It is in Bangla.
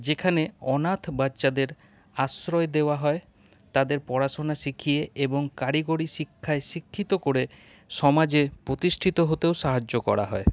যেখানে অনাথ বাচ্চাদের আশ্রয় দেওয়া হয় তাদের পড়াশোনা শিখিয়ে এবং কারিগরি শিক্ষায় শিক্ষিত করে সমাজে প্রতিষ্ঠিত হতেও সাহায্য করা হয়